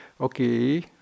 okay